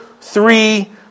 three